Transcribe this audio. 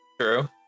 True